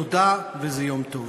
תודה, וזה יום טוב.